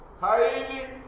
highly